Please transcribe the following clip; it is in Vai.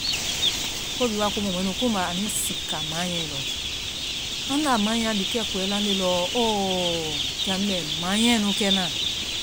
O bihi wa komu, mɔɛ nu kuuba, anui sika maanyae lɔ. Anda maanye la likɛ kuyɛ landee lɔɔ, ooooo kɛ anu bɛ mai nu kena anu be mai kena.